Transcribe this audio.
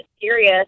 serious